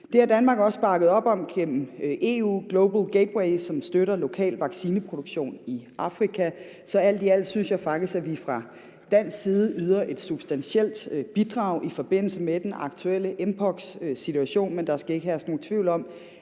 Det har Danmark også bakket op om gennem EU's Global Gateway, som støtter lokal vaccineproduktion i Afrika. Så alt i alt synes jeg faktisk, at vi fra dansk side yder et substantielt bidrag i forbindelse med den aktuelle mpox-situation, men der skal ikke herske nogen tvivl om,